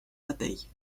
abeilles